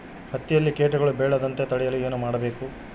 ಹತ್ತಿಯಲ್ಲಿ ಕೇಟಗಳು ಬೇಳದಂತೆ ತಡೆಯಲು ಏನು ಮಾಡಬೇಕು?